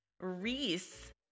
Reese